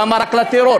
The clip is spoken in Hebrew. למה רק לטרור?